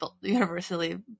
universally